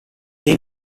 dei